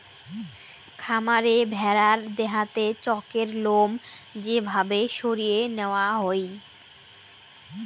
খামারে ভেড়ার দেহাতে চকের লোম যে ভাবে সরিয়ে নেওয়া হই